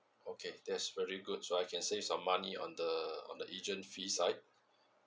okay that's very good so I can save some money on the on the agent fee side